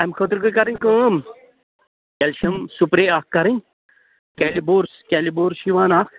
اَمہِ خٲطرٕ گٔے کَرٕنۍ کٲم کیلشَم سُپرٛے اَکھ کَرٕنۍ کیلِبورس کیلِبورس چھِ یِوان اکھ